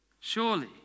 surely